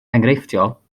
enghreifftiol